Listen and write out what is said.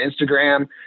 Instagram